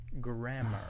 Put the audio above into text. Grammar